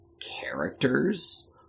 characters